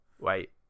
Wait